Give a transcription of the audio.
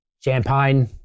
champagne